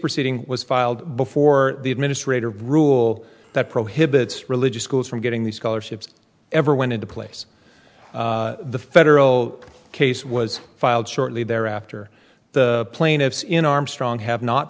proceeding was filed before the administrator rule that prohibits religious schools from getting these scholarships ever went into place the federal case was filed shortly thereafter the plaintiffs in armstrong have not